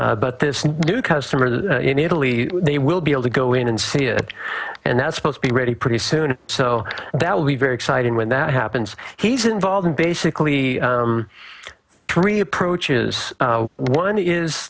but this new customer in italy they will be able to go in and see it and that's supposed be ready pretty soon so that will be very exciting when that happens he's involved in basically three approaches one is